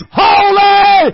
holy